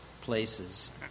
places